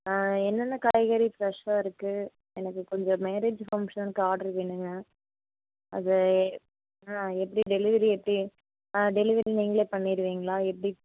என்னென்ன காய்கறி ஃப்ரெஷ்ஷாக இருக்கு எனக்கு கொஞ்சம் மேரேஜு ஃபங்க்ஷனுக்கு ஆர்டரு வேணுங்க அது ஆ எப்படி டெலிவரி எப்படி ஆ டெலிவரி நீங்களே பண்ணிவிடுவீங்களா எப்படி